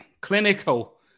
clinical